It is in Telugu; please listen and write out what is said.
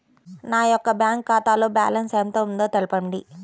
నా యొక్క బ్యాంక్ ఖాతాలో బ్యాలెన్స్ ఎంత ఉందో తెలపండి?